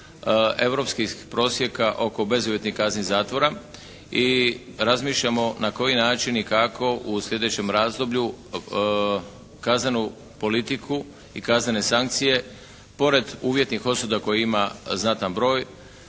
europskih prosjeka oko bezuvjetnih kazni zatvora i razmišljamo na koji način i kako u sljedećem razdoblju kaznenu politiku i kaznene sankcije pored uvjetnih osuda koje ima znatan broj